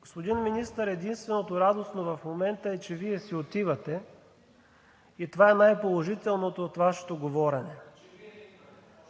Господин Министър, единственото радостно в момента е, че Вие си отивате, и това е най-положителното от Вашето говорене.